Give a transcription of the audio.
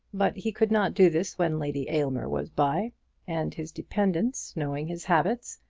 but he could not do this when lady aylmer was by and his dependents, knowing his habits,